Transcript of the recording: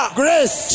grace